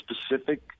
specific